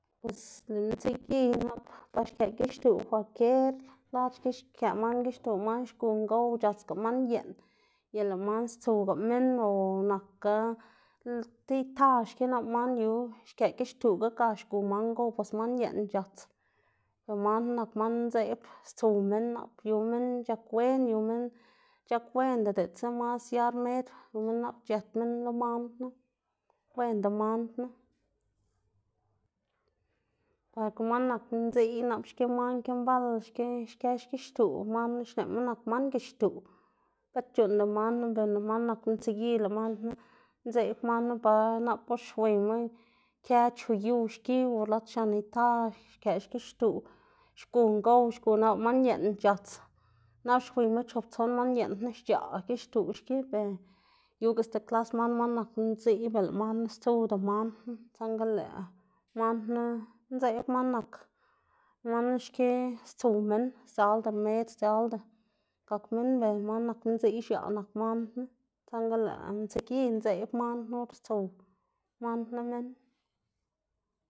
Pues lëꞌ mtsigi nap ba xkëꞌ gixtu kwalkier lad xki xkëꞌ man gixtuꞌ lëꞌ man xgu ngow c̲h̲atsga man yeꞌn y lëꞌ man stsuwga minn o nakga ti ita xki nap lëꞌ man yu xkëꞌ gixtuꞌ ga, ga xgu man ngow pues man yeꞌn c̲h̲ats, lëꞌ man knu nak man ndzeꞌb stsuw minn nap yu minn c̲h̲akwen yu minn c̲h̲akwenda diꞌltsa mas sia rmed, yu minn nap c̲h̲ët minn lo man knu, wenda man knu. Lëꞌkga man nak ndziꞌy nap man xki mbal xki xkë xgixtuꞌ man knu xneꞌma nak man gixtuꞌ, bët c̲h̲uꞌnnda man knu ber lëꞌ man nak mtsigi lëꞌ man knu ndzeꞌb man knu, ba nap or xwiyma kë chu yu xki o lad x̱an ita xkëꞌ xgixtuꞌ, xgu ngow xgu nap lëꞌ man yeꞌn c̲h̲ats, nap xwiyma chop tson man yeꞌn knu xc̲h̲aꞌ gixtuꞌ xki ber yuga sti klas man man ndziꞌy ber lëꞌ man knu stsuwda man knu, saꞌnga lëꞌ man knu ndzeꞌb man nak man xki stsuw minn, sdzalda rmed sdzialda gak minn ber man nak ndziꞌy xka x̱aꞌ nak man knu, saꞌnga lëꞌ mtsiꞌgi ndzeꞌb man knu or stsuw man knu minn.